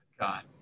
God